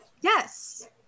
Yes